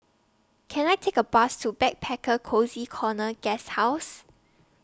Can I Take A Bus to Backpacker Cozy Corner Guesthouse